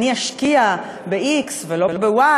אני אשקיע ב-x ולא ב-y,